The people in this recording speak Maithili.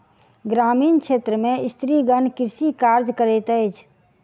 ग्रामीण क्षेत्र में स्त्रीगण कृषि कार्य करैत अछि